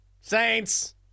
Saints